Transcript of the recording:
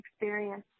experience